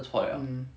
um